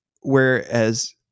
whereas